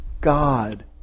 God